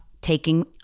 taking